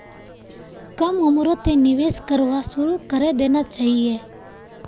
कम उम्रतें निवेश करवा शुरू करे देना चहिए